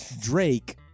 Drake